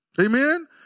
Amen